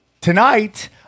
tonight